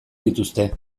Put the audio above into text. dituzte